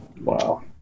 Wow